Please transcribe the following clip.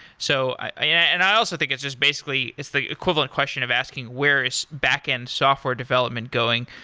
so i yeah and i also think it's just basically it's the equivalent question of asking where is backend software development going,